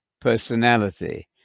personality